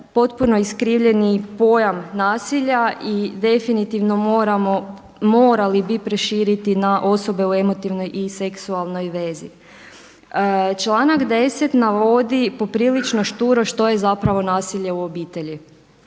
potpuno iskrivljeni pojam nasilja i definitivno morali bi proširiti na osobe u emotivnoj i seksualnoj vezi. Članak 10. navodi poprilično šturo što je zapravo nasilje u obitelji.